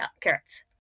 carrots